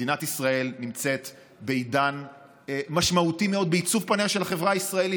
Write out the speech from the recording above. מדינת ישראל נמצאת בעידן משמעותי מאוד בעיצוב פניה של החברה הישראלית.